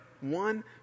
One